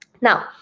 Now